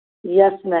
yes ma'am